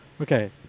Okay